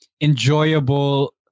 enjoyable